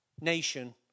nation